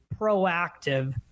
proactive